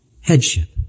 headship